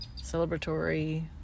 Celebratory